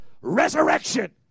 resurrection